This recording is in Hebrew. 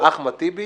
אחמד טיבי